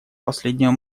последнего